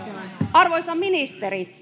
arvoisa ministeri